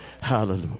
Hallelujah